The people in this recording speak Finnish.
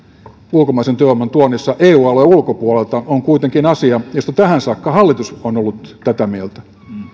ulkomaisen työvoiman tuonnissa eu alueen ulkopuolelta on kuitenkin asia josta tähän saakka hallitus on ollut tätä mieltä